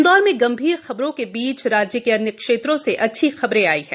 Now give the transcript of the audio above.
इंदौर में गंभीर खबरों के बीच राज्य के अन्य क्षेत्रों से अच्छी खबरें आई हैं